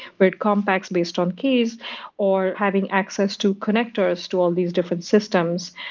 but it compacts based on case or having access to connectors to all these different systems,